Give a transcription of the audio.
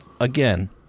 again